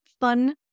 fun